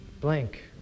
Blank